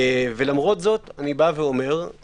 למרות זאת אני אומר לכם,